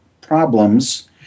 problems